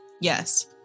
yes